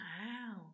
Wow